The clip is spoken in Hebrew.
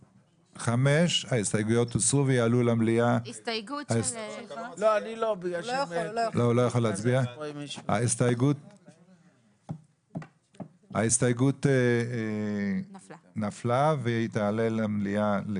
5. הצבעה לא אושר ההסתייגות נפלה והיא תעלה למליאה.